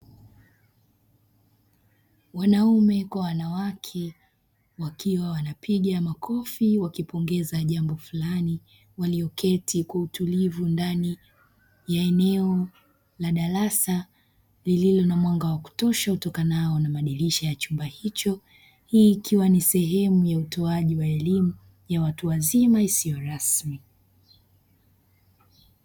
Wanaume kwa wanawake wakiwa wanapiga makofi wakipongeza jambo fulani walioketi kwa utulivu ndani ya eneo la darasa lililo na mwanga wa kutosha utokanao na madirisha ya chumba hicho hii ikiwa ni sehemu ya utoaji wa elimu ya watu wazima isiyo rasmi.